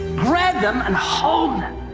grab them, and hold them,